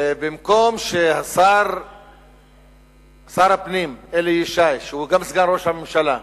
במקום ששר הפנים אלי ישי, שהוא גם סגן ראש הממשלה,